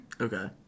Okay